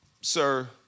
sir